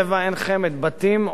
בתים עומדים ריקים,